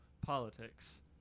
politics